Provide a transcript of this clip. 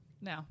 no